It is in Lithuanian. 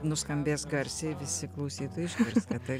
nuskambės garsiai visi klausytojai išgirsta tai